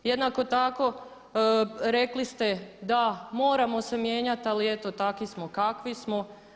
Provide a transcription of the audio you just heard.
Jednako tako rekli ste da moramo se mijenjati, ali eto taki smo kakvi smo.